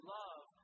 love